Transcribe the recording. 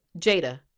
Jada